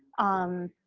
um,